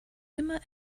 immer